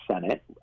Senate